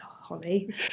Holly